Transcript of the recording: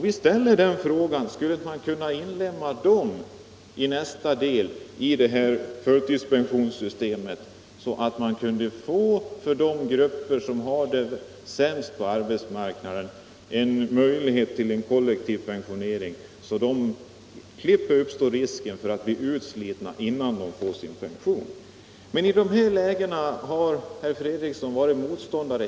Vi ställer frågan: Skulle man inte inlemma dessa i nästa del av förtidspensionssystemet och för de grupper som har det sämst på arbetsmarknaden skapa möjlighet till en kollektiv pensionering, så att de slipper löpa risken att bli utslitna innan de får sin pension? Men i dessa lägen har herr Fredriksson ständigt varit motståndare.